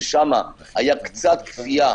ששם היה קצת כפייה,